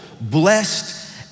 blessed